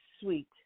Sweet